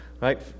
right